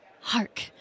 Hark